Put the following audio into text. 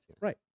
Right